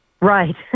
right